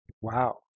Wow